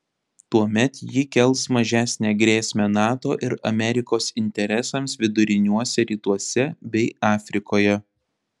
tuomet ji kels mažesnę grėsmę nato ir amerikos interesams viduriniuose rytuose bei afrikoje